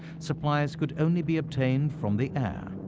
supplies could only be obtained from the air.